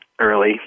early